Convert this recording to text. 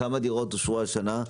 כמה דירות אושרו השנה.